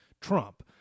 Trump